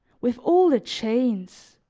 with all the chains,